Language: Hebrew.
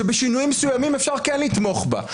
שבשינויים מסוימים כן אפשר לתמוך בה,